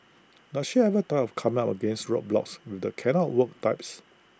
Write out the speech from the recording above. does she ever tire of coming up against roadblocks with the cannot work types